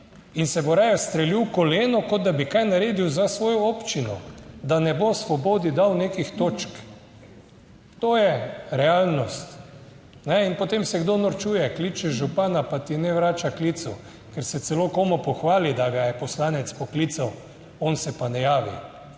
in se bo raje ustrelil koleno kot, da bi kaj naredil za svojo občino, da ne bo Svobodi dal nekih točk. To je realnost. In potem se kdo norčuje, kličeš župana, pa ti ne vrača klicev, ker se celo komu pohvali, da ga je poslanec poklical, on se pa ne javi.